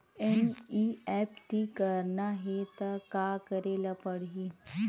NEFT करना हे त का करे ल पड़हि?